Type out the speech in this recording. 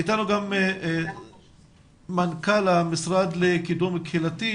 איתנו גם מנכ"ל המשרד לקידום קהילתי,